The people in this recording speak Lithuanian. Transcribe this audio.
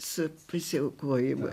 su pasiaukojimu